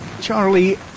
Charlie